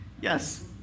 Yes